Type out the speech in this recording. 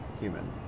human